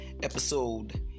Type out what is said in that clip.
episode